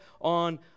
on